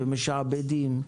משעבדים,